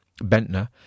Bentner